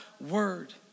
word